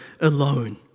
alone